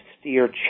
steer